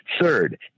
Third